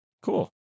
Cool